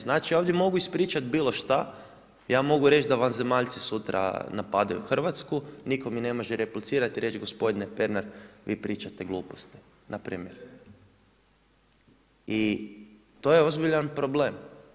Znači ja ovdje mogu ispričat bilo šta, ja mogu reć da vanzemaljci sutra napadaju Hrvatsku, nitko mi ne može replicirat i reć gospodine Pernar, vi pričate gluposti, npr. I to je ozbiljan problem.